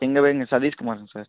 எங்கள் பேயருங்க சதிஷ் குமாருங்க சார்